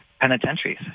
penitentiaries